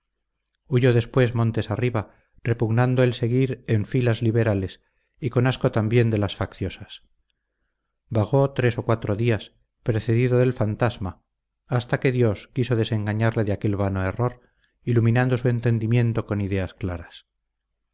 huyó después montes arriba repugnando el seguir en filas liberales y con asco también de las facciosas vagó tres o cuatro días precedido del fantasma hasta que dios quiso desengañarle de aquel vano error iluminando su entendimiento con ideas claras